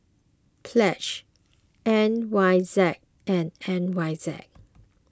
Pledge N Y Z and N Y Z